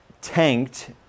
tanked